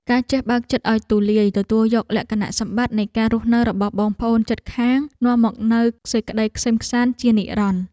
ការចេះបើកចិត្តឱ្យទូលាយទទួលយកលក្ខណៈសម្បត្តិនៃការរស់នៅរបស់បងប្អូនជិតខាងនាំមកនូវសេចក្តីក្សេមក្សាន្តជានិរន្តរ៍។